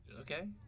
Okay